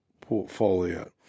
portfolio